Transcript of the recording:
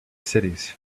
cities